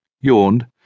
yawned